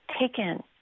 taken